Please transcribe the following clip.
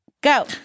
Go